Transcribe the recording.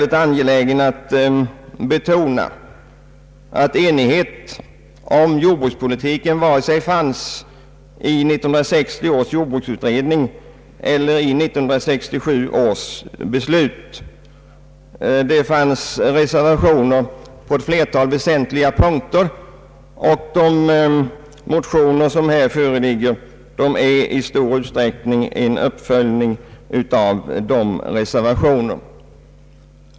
Jag är angelägen om att betona att någon enighet om jordbrukspolitiken varken fanns i 1960 års jordbruksutredning eller 1967 års riksdagsbeslut. Det förelåg reservationer på ett flertal väsentliga punkter, och de motioner som nu föreligger utgör i stort sett en uppföljning av de nämnda reservationerna.